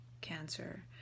cancer